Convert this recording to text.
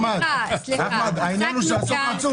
אחמד, העניין הוא שהסוף עצוב.